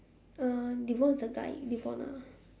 uh devon is a guy devona